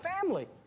family